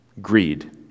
Greed